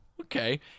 okay